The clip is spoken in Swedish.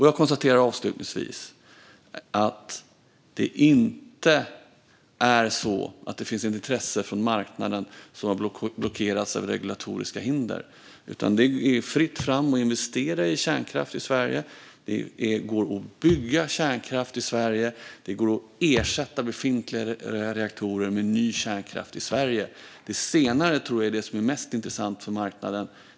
Jag konstaterar avslutningsvis att det inte finns ett intresse från marknaden som har blockerats av regulatoriska hinder. Det är fritt fram att investera i kärnkraft i Sverige, det går att bygga kärnkraft i Sverige och det går att ersätta befintliga reaktorer med ny kärnkraft i Sverige. Det senare tror jag är mest intressant för marknaden.